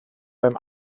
beim